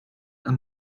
and